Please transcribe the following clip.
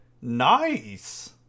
Nice